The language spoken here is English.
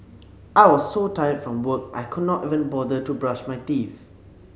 I was so tired from work I could not even bother to brush my teeth